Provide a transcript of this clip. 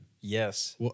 Yes